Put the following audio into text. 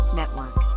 network